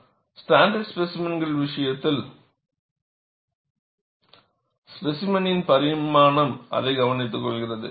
standard ஸ்பேசிமென்கள் விஷயத்தில் specimen பரிமாணம் அதை கவனித்துக்கொள்கிறது